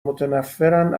متنفرن